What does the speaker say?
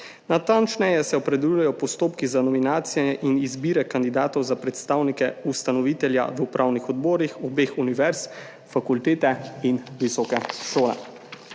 Natančneje se opredeljujejo postopki za nominacije in izbire kandidatov za predstavnike ustanovitelja v upravnih odborih obeh univerz, fakultete in visoke šole.